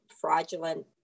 fraudulent